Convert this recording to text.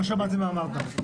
לא שמעתי מה אמרת.